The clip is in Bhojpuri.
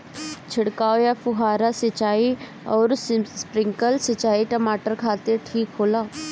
छिड़काव या फुहारा सिंचाई आउर स्प्रिंकलर सिंचाई टमाटर खातिर ठीक होला?